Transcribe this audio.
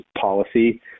policy